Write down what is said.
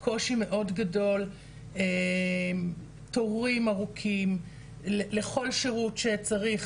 קושי מאוד גדול, תורים ארוכים לכל שירות שצריך.